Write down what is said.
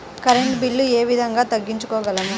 Current bill ఏ విధంగా తగ్గించుకోగలము?